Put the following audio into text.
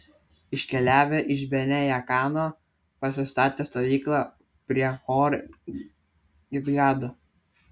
iškeliavę iš bene jaakano pasistatė stovyklą prie hor gidgado